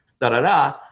da-da-da